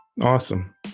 Awesome